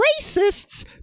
racists